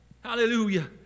Hallelujah